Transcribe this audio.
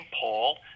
Paul